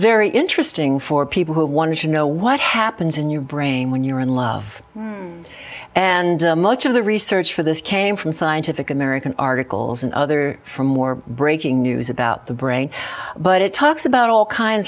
very interesting for people who want to know what happens in your brain when you're in love and much of the research for this came from scientific american articles and other for more breaking news about the brain but it talks about all kinds